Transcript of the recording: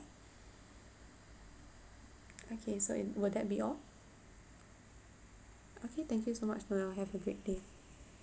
okay so it will that be all okay thank you so much for your have a great day